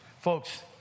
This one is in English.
Folks